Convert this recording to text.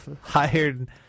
hired